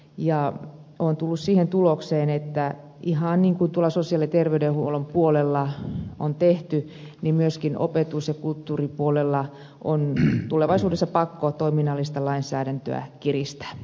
olen tullut siihen tulokseen että ihan niin kuin tuolla sosiaali ja terveydenhuollon puolella on tehty niin myöskin opetus ja kulttuuripuolella on tulevaisuudessa pakko toiminnallista lainsäädäntöä kiristää